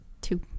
two